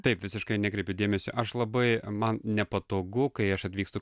taip visiškai nekreipiu dėmesio aš labai man nepatogu kai aš atvykstu